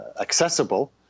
accessible